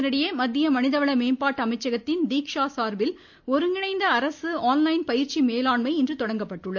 இதனிடையே மத்திய மனிதவள மேம்பாட்டு அமைச்சகத்தின் தீக்ஷா சார்பில் ஒருங்கிணைந்த அரசு ஆன்லைன் பயிற்சி மேலாண்மை இன்று தொடங்கப்பட்டுள்ளது